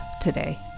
today